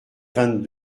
vingt